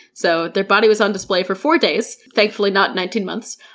so their body was on display for four days, thankfully not nineteen months,